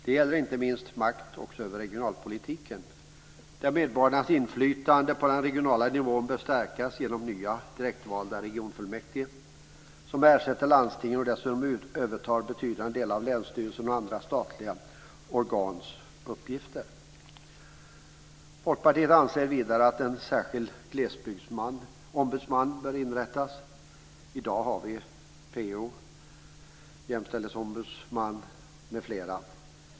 Det gäller inte minst makt också över regionalpolitiken, där medborgarnas inflytande på den regionala nivån bör stärkas genom nya direktvalda regionfullmäktige. De ska ersätta landstingen och dessutom överta betydande delar av länsstyrelsernas och andra statliga organs uppgifter. Folkpartiet anser vidare ett en särskild glesbygdsombudsman bör inrättas. I dag har vi pressombudsman, jämställdhetsombudsman m.fl.